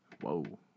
Whoa